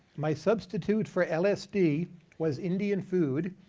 my substitute for lsd was indian food,